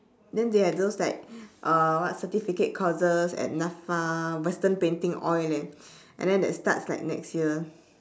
then they have those like what certificate courses at laselle western painting oil and and then that start like next year